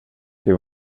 det